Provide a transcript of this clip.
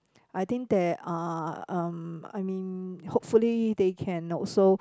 I think there are um I mean hopefully they can also